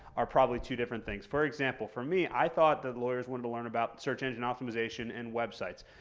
are probably two different things. for example, for me, i thought that lawyers wanted to learn about search engine optimization and websites.